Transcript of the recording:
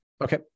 Okay